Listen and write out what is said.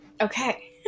Okay